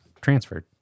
transferred